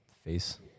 face